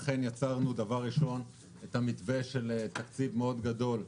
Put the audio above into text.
לכן יצרנו דבר ראשון את המתווה של תקציב גדול מאוד,